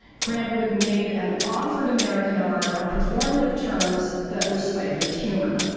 grant wood made an offer to american art on performative terms that were spiked with humor.